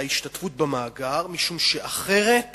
בהשתתפות במאגר משום שאחרת